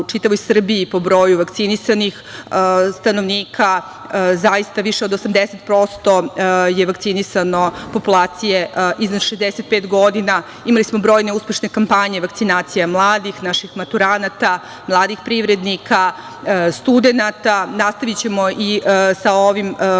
u čitavoj Srbiji po broju vakcinisanih stanovnika, više od 80% je vakcinisano populacije iznad 65 godina. Imali smo brojne uspešne kampanje, vakcinacija mladih, naših maturanata, mladih privrednika, studenata. Nastavićemo i sa ovim i